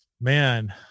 man